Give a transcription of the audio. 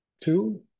Two